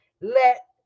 let